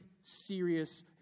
serious